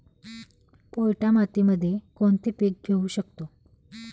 पोयटा मातीमध्ये कोणते पीक घेऊ शकतो?